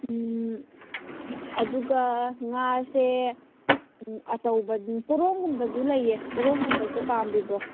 ꯑꯗꯨꯒ ꯉꯥꯁꯦ ꯑꯆꯧꯕꯗꯤ ꯄꯣꯔꯣꯝꯒꯨꯝꯕꯁꯨ ꯂꯩꯌꯦ ꯄꯣꯔꯣꯝꯒꯨꯝꯕꯁꯤ ꯄꯥꯝꯕꯤꯕ꯭ꯔꯣ